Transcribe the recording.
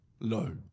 No